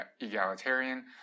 egalitarian